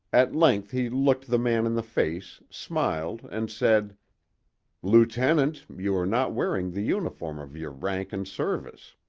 at length he looked the man in the face, smiled, and said lieutenant, you are not wearing the uniform of your rank and service.